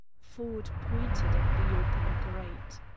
ford pointed at the open grate.